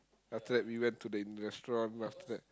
after that we went to the Indian restaurant after that